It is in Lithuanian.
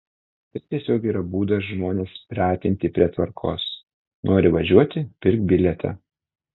tai tiesiog yra būdas žmones pratinti prie tvarkos nori važiuoti pirk bilietą